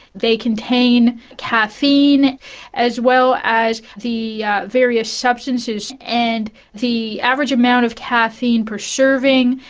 they contain caffeine as well as the yeah various substances, and the average amount of caffeine per serving,